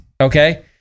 Okay